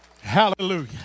Hallelujah